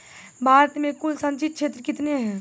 भारत मे कुल संचित क्षेत्र कितने हैं?